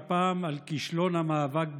והפעם על כישלון המאבק בקורונה.